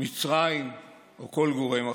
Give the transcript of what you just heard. מצרים או כל גורם אחר.